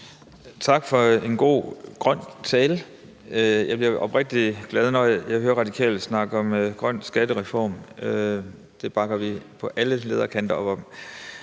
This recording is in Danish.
Tak for en god, grøn tale. Jeg bliver oprigtig glad, når jeg hører De Radikale snakke om en grøn skattereform – det bakker vi på alle leder og kanter op